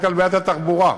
רק על בעיית התחבורה בתל-אביב,